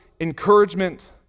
Encouragement